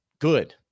Good